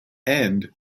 and